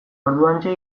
orduantxe